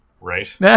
right